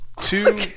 Two